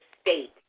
state